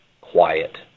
quiet